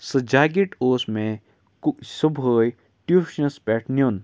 سُہ جاکیٮ۪ٹ اوس مےٚ کُہ صُبحٲے ٹیوٗشنَس پٮ۪ٹھ نیُن